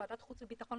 בוועדת החוץ והביטחון,